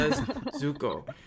Zuko